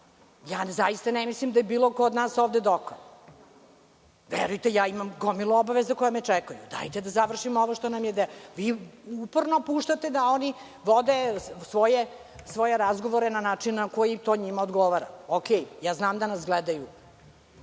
Zaista ne mislim da je bilo ko od nas ovde dokon. Verujte ja imam gomilu obaveza koje me očekuju. Dajte da završimo ovo. Vi uporno puštate da oni vode svoje razgovore na način na koji to njima odgovara. Znam da nas gledaju,